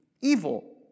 Evil